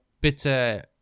bitter